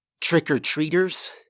Trick-or-treaters